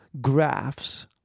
graphs